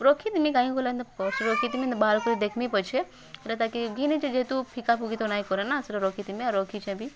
ରଖିଥିମି କାହିଁ କରି ହେନ୍ତା ପର୍ସ ରଖିଥିମିଁ ନା ବାହାର୍ କରି ଦେଖ୍ମି ପଛେ ସେଟା ତାକେ ଘିନିଛି ଯେହେତୁ ଫିକା ଫୁକି ତ ନାଇଁ କରେ ନା ସେଟା ରଖିଥିମି ଆର ରଖିଛେଁ ବି